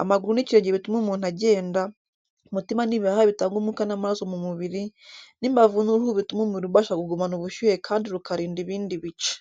amaguru n’ikirenge bituma umuntu agenda, umutima n’ibihaha bitanga umwuka n’amaraso mu mubiri, n’imbavu n’uruhu bituma umubiri ubasha kugumana ubushyuhe kandi rukarinda ibindi bice.